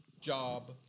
job